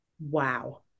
Wow